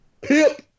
Pip